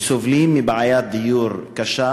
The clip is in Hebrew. שסובלים מבעיית דיור קשה,